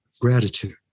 gratitude